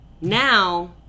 now